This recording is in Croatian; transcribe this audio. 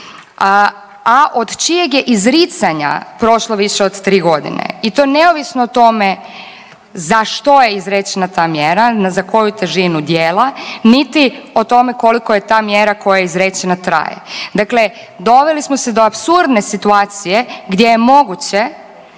a od čijeg je izricanja prošlo više od 3 godine i to neovisno o tome za što je izrečena ta mjera, za koju težinu djela, niti o tome koliko je ta mjera koja je izrečena traje. Dakle, doveli smo se do apsurdne situacije gdje je moguće